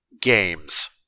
games